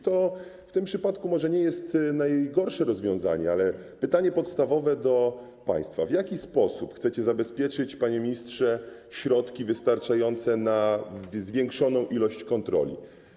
To w tym przypadku może nie jest najgorsze rozwiązanie, ale pytanie podstawowe do państwa: W jaki sposób chcecie zabezpieczyć, panie ministrze, wystarczające środki na zwiększoną liczbę kontroli?